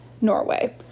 Norway